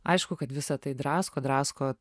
aišku kad visa tai drasko drasko